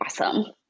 awesome